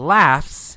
laughs